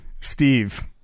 Steve